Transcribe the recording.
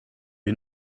you